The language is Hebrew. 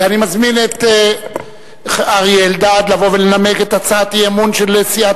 אני מזמין את אריה אלדד לבוא ולנמק את הצעת האי-אמון של סיעת